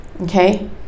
okay